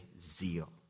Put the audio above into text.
zeal